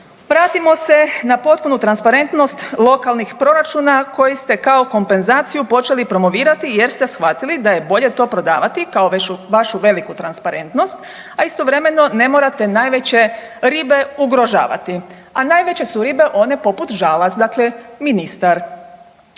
vratimo se na potpunu transparentnost lokalnih proračuna koji ste kao kompenzaciju počeli promovirati jer ste shvatili daje bolje to prodavati kao vašu veliku transparentnost, a istovremeno ne morate najveće ribe ugrožavati. A najveće su ribe one poput Žalac, dakle ministar.